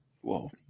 Whoa